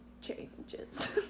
changes